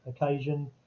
occasion